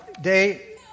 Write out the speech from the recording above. day